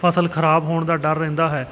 ਫ਼ਸਲ ਖ਼ਰਾਬ ਹੋਣ ਦਾ ਡਰ ਰਹਿੰਦਾ ਹੈ